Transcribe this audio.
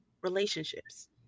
relationships